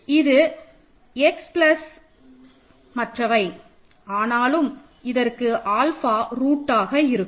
எனவே இது x plus மற்றவை ஆனாலும் இதற்கு ஆல்ஃபா ரூட்டாக இருக்கும்